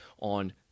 on